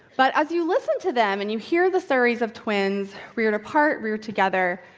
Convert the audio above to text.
but as you listen to them, and you hear the stories of twins reared apart, reared together,